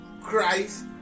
christ